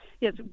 Yes